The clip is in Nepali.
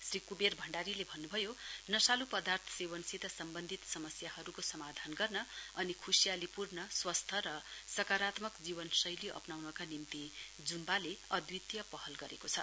श्री कुवेर भण्डारीले भन्नभयो नशालु पर्दाथ सेवनसित सम्वन्धित समस्यहरुको समाधान गर्न अनि खुशेयाली पूर्ण स्वस्थ र सकारात्मर जीवनशैली अप्नाउनका निम्ति जुम्वाले अदितीय पहल गरेको छ